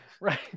right